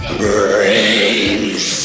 brains